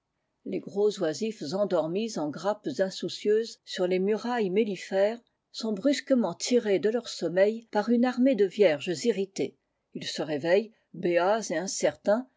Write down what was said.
abeilles en grappes insoucieuses sur les murailles mellifères sont brusquement tirés de i ur sommeil par une armée de vierges irritées ils se réveillent béats et incertains